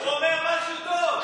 הוא אומר משהו טוב.